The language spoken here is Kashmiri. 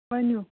ؤنِو